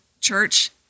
church